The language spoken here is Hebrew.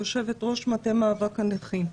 יושבת-ראש מטה מאבק הנכים.